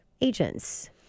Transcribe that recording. agents